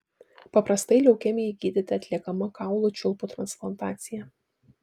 paprastai leukemijai gydyti atliekama kaulų čiulpų transplantacija